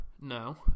No